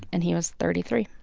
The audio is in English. and he was thirty three